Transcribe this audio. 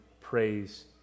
praise